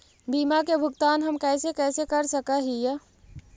बीमा के भुगतान हम कैसे कैसे कर सक हिय?